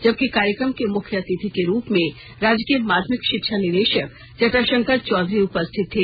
जबकि कार्यक्रम के मुख्य अतिथि के रूप मे राज्य के माध्यमिक शिक्षा निदेशक जटाशंकर चौधरी उपस्थित थे